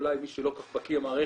אולי למי שלא כל כך בקי במערכת,